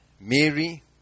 Mary